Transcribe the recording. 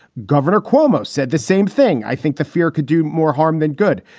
governor cuomo said the same thing. i think the fear could do more harm than good.